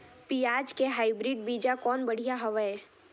पियाज के हाईब्रिड बीजा कौन बढ़िया हवय?